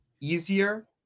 easier